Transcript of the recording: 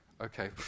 Okay